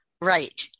Right